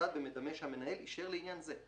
מתבצעת במדמה שהמנהל אישר לעניין זה,